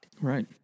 Right